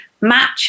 match